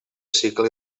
cicle